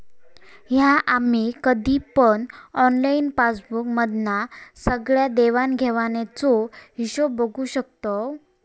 हा आम्ही कधी पण ऑनलाईन पासबुक मधना सगळ्या देवाण घेवाणीचो हिशोब बघू शकताव